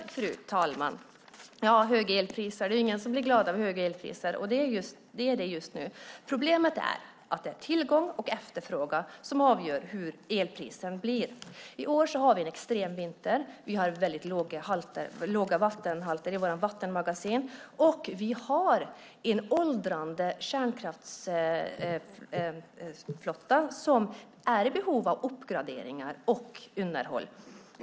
Fru talman! Det är ingen som blir glad av höga elpriser, och det är det just nu. Problemet är att det är tillgång och efterfrågan som avgör hur elpriset blir. I år har vi en extrem vinter. Vi har väldigt låga vattenhalter i våra vattenmagasin. Vi har åldrande kärnkraftverk som är i behov av uppgraderingar och underhåll.